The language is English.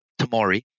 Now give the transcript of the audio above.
Tamori